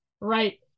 right